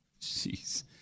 Jeez